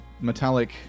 metallic